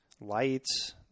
lights